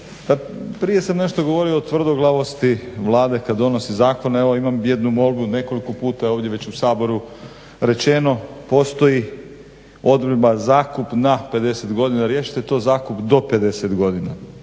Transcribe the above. prije sam nešto govorio o tvrdoglavosti Vlade kad donosi zakone, evo imam jednu molbu. Nekoliko puta je ovdje već u Saboru rečeno postoji odredba zakup na 50 godina. Riješite to zakup do 50 godina.